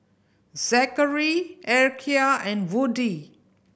Zakary Erykah and Woodie